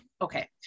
Okay